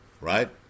right